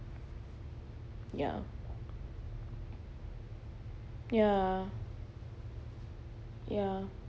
ya ya ya